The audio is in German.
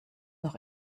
noch